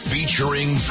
Featuring